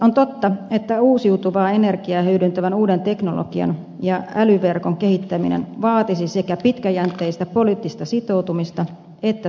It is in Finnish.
on totta että uusiutuvaa energiaa hyödyntävän uuden teknologian ja älyverkon kehittäminen vaatisi sekä pitkäjänteistä poliittista sitoutumista että tukieuroja